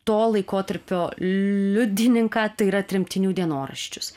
to laikotarpio liudininką tai yra tremtinių dienoraščius